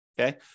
okay